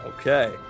Okay